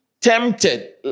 tempted